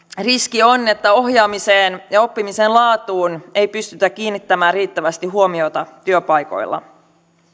riski on että ohjaamiseen ja oppimisen laatuun ei pystytä kiinnittämään riittävästi huomiota työpaikoilla